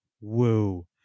Woo